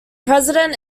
president